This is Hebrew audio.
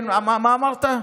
מה אמרת?